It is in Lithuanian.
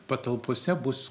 patalpose bus